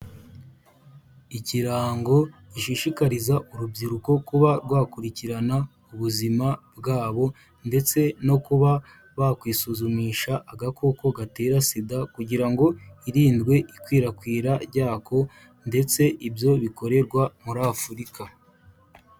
Ikirango gishishikariza urubyiruko kuba rwakurikirana ubuzima bwabo ndetse no kuba bakwisuzumisha agakoko gatera sida kugira ngo hirindwe ikwirakwira ryako ndetse ibyo bikorerwa muri Afurika.